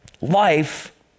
Life